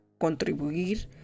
contribuir